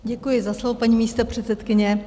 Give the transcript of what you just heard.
Děkuji za slovo, paní místopředsedkyně.